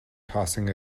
tossing